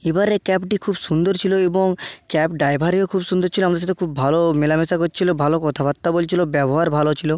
এবারের ক্যাবটি খুব সুন্দর ছিল এবং ক্যাব ড্রাইভারও খুব সুন্দর ছিল আমাদের সাথে খুব ভালো মেলামেশা করছিল ভাল কথাবার্তা বলছিল ব্যবহার ভালো ছিল